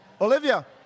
Olivia